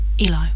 Eli